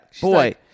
Boy